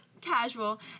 casual